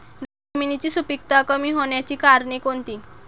जमिनीची सुपिकता कमी होण्याची कारणे कोणती?